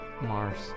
Mars